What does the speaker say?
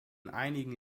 einigen